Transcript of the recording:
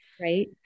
Right